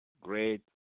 great